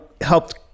helped